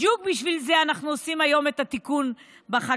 בדיוק בשביל זה אנחנו עושים היום את התיקון בחקיקה.